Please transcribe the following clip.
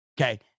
okay